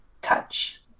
touch